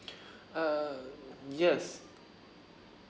uh yes